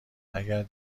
اگر